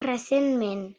recentment